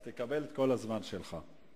תקבל את כל הזמן שלך.